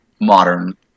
modern